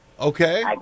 Okay